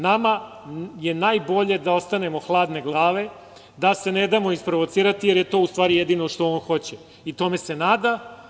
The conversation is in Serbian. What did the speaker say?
Nama je najbolje da ostanemo hladne glave, da se ne damo isprovocirati, jer je to, u stvari, jedino što on hoće i tome se nada.